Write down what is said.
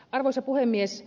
arvoisa puhemies